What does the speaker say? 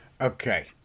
Okay